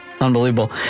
unbelievable